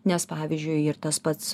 nes pavyzdžiui ir tas pats